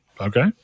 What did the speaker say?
Okay